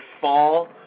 fall